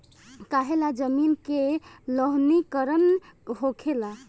काहें ला जमीन के लवणीकरण होखेला